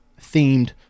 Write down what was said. themed